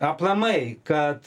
aplamai kad